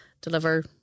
deliver